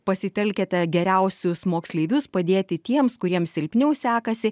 pasitelkiate geriausius moksleivius padėti tiems kuriem silpniau sekasi